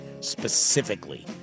specifically